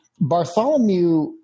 Bartholomew